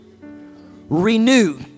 Renew